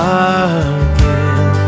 again